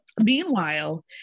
meanwhile